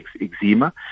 eczema